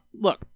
look